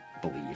believe